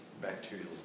bacterial